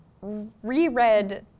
Reread